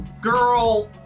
girl